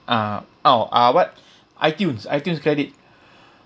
uh orh uh what iTunes iTunes credit